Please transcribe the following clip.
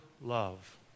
love